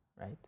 right